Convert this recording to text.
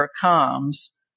comes